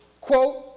Quote